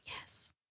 Yes